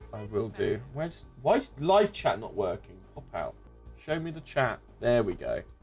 will do where's weiss life chat not working show me the chat. there we go